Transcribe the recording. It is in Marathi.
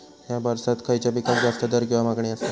हया वर्सात खइच्या पिकाक जास्त दर किंवा मागणी आसा?